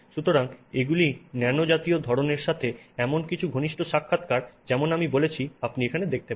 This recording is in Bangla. সুতরাং এগুলি ন্যানো জাতীয় ধরণের সাথে এমন কিছু ঘনিষ্ঠ সাক্ষাৎকার যেমন আমি বলেছি আপনি এখানে দেখতে পারেন